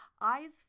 Eyes